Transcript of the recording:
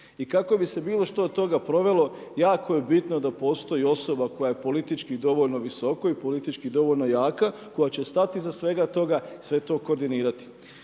I kako bi se bilo što od toga provelo jako je bitno da postoji osoba koja je politički dovoljno visoko i politički dovoljno jaka koja će stati iza svega toga, sve to koordinirati.